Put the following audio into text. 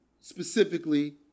specifically